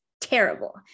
terrible